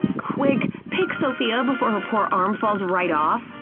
quick! pick sophia before her poor arm falls right off!